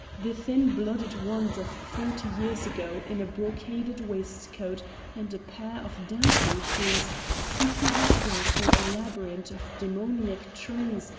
the thin-blooded wand of forty years ago in a brocaded waistcoat and a pair of dancing-shoes seeking his way through a labyrinth of demoniac trees,